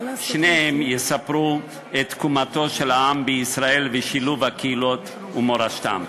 שניהם יספרו את תקומתו של העם בישראל ושילוב הקהילות ומורשתן.